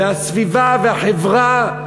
הסביבה והחברה,